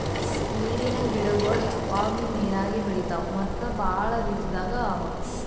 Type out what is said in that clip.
ನೀರಿನ್ ಗಿಡಗೊಳ್ ಯಾವಾಗ್ಲೂ ನೀರಾಗೆ ಬೆಳಿತಾವ್ ಮತ್ತ್ ಭಾಳ ರೀತಿದಾಗ್ ಅವಾ